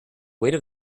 weight